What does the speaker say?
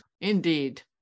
Indeed